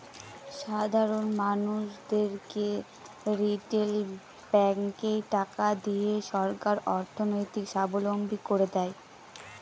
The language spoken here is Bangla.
সাধারন মানুষদেরকে রিটেল ব্যাঙ্কে টাকা দিয়ে সরকার অর্থনৈতিক সাবলম্বী করে দেয়